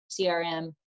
CRM